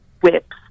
whips